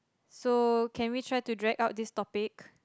so can we try to drag out this topic